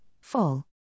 Fall